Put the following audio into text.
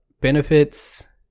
benefits